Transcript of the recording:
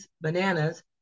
bananas